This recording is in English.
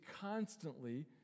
constantly